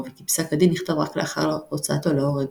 וכי "פסק הדין" נכתב רק לאחר הוצאתו להורג.